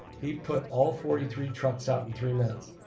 he put all forty three trucks out in three minutes.